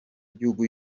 igihugu